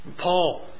Paul